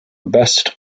best